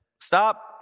stop